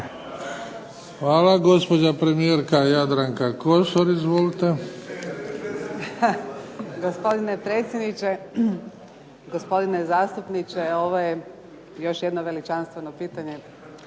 Hvala. Gospođa premijerka Jadranka Kosor. Izvolite.